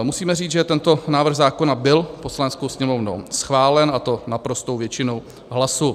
Musíme říct, že tento návrh zákona byl Poslaneckou sněmovnou schválen, a to naprostou většinou hlasů.